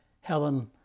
Helen